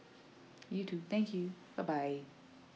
you too thank you bye bye